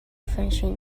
finishing